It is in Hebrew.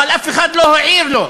אבל אף אחד לא העיר לו,